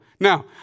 Now